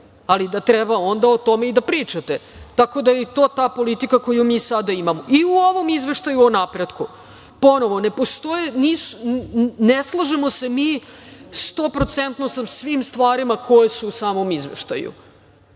ali da treba onda o tome i da pričate. Tako da je i to, ta politika koju mi sada imamo i u ovom Izveštaju o napretku. Ponovo, ne postoje, ne slažemo se mi stoprocentno sa svima stvarima koje su u samom izveštaju,